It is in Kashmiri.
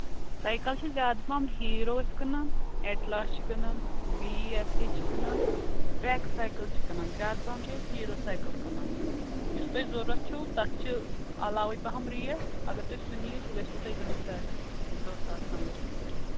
سایکل چھِ زیادٕ پَہم ہیٖرو أسۍ کٕنان اٮ۪ٹلاس چھِ کٕنان بی اٮ۪س اے چھِ کٕنان ٹرٛٮ۪ک سایکل چھِ کٕنان زیادٕ پَہم چھِ أسۍ ہیٖرو سایکل کٕنان یُس تۄہہِ ضوٚرَتھ چھُو تَتھ چھِ علاوٕے پَہم ریٹ اَگر تُہۍ سُہ نِیِو سُہ گژھِوٕ تۄہہِ دَہہِ ساسہِ دَہ ساس تام گژھِوٕ سُہ تۄہہِ